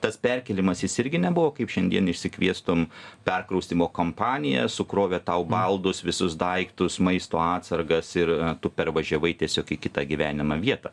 tas perkėlimas jis irgi nebuvo kaip šiandien išsikviestum perkraustymo kompaniją sukrovė tau baldus visus daiktus maisto atsargas ir tu pervažiavai tiesiog į kitą gyvenimą vietą